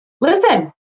listen